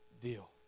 deal